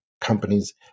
companies